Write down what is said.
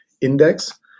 index